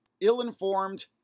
ill-informed